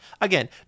again